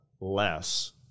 less